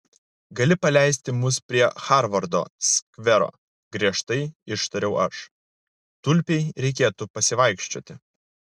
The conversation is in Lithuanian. gali paleisti mus prie harvardo skvero griežtai ištariau aš tulpei reikėtų pasivaikščioti